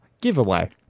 giveaway